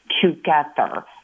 together